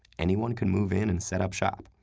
anyone can move in and set up shop.